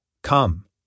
Come